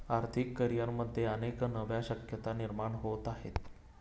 आर्थिक करिअरमध्ये अनेक नव्या शक्यता निर्माण होत आहेत